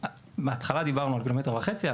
בהתחלה דיברנו על 1.5 ק"מ,